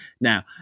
now